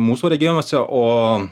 mūsų regionuose o